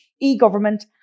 e-government